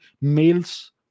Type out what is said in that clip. males